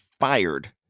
fired